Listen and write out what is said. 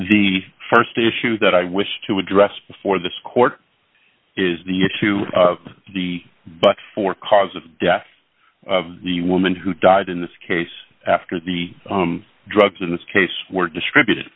the st issue that i wish to address before this court is the issue of the but for cause of death of the woman who died in this case after the drugs in this case were distributed